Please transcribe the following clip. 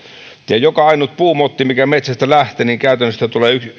joka ainut puumotti mikä metsästä lähtee